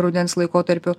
rudens laikotarpiu